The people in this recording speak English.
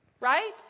right